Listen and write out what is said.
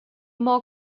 more